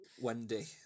Wendy